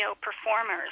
performers